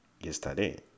yesterday